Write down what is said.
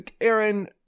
Aaron